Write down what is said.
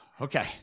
Okay